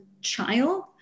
child